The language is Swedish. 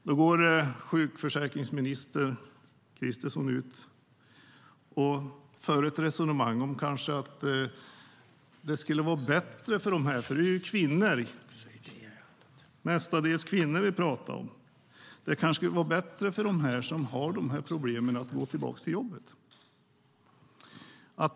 Då går sjukförsäkringsminister Kristersson ut och för ett resonemang om att det skulle vara bättre för dem - mestadels kvinnor - som har problem att gå tillbaka till jobbet.